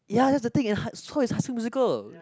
ya that's the thing and so is high school musical